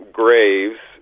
graves